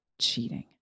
cheating